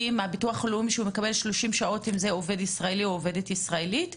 מהביטוח הלאומי אם זה עובד ישראלי או עובדת ישראלית,